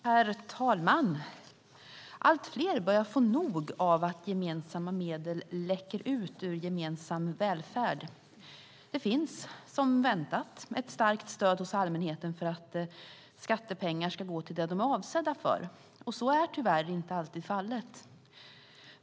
Herr talman! Allt fler börjar få nog av att gemensamma medel läcker ut ur gemensam välfärd. Det finns - som väntat - ett starkt stöd hos allmänheten för att skattepengar ska gå till det de är avsedda för. Så är tyvärr inte alltid fallet.